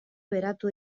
beratu